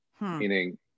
meaning